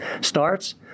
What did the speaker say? starts